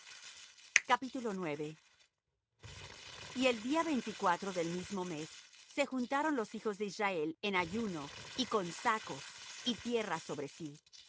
el rito y el día veinticuatro del mismo mes se juntaron los hijos de israel en ayuno y con sacos y tierra sobre sí